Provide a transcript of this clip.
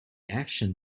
action